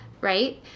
right